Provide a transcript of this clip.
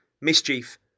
mischief